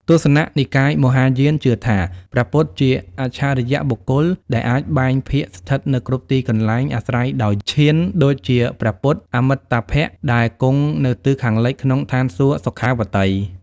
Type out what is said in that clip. ទស្សនៈនិកាយមហាយានជឿថាព្រះពុទ្ធជា អច្ឆរិយបុគ្គល ដែលអាចបែងភាគស្ថិតនៅគ្រប់ទីកន្លែងអាស្រ័យដោយឈាន ដូចជាព្រះពុទ្ធ អមិតាភៈ ដែលគង់នៅទិសខាងលិចក្នុងឋានសួគ៌ សុខាវតី។